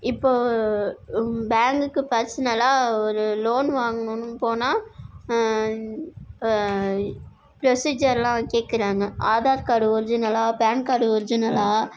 இப்போது பேங்குக்கு பர்ஸ்னலா ஒரு லோனு வாங்குணுன்னு போனா புரொசிஜர்லாம் கேக்குறாங்க ஆதார் கார்டு ஒர்ஜினலா பேன் கார்டு ஒர்ஜினலா